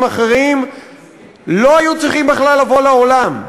אחרים לא היו צריכים בכלל לבוא לעולם,